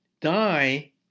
die